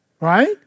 right